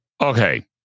okay